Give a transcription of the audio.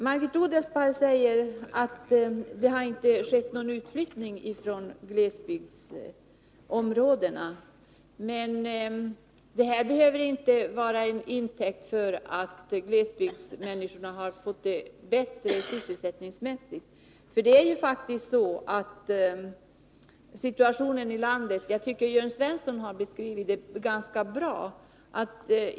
Margit Odelsparr säger att det inte skett någon utflyttning från glesbygdsområdena. Men det skall inte tas till intäkt för att glesbygdsmänniskorna fått det bättre sysselsättningsmässigt. Jag tycker att Jörn Svensson beskrivit situationen i landet ganska bra.